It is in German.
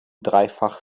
dreifach